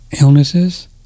illnesses